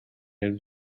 his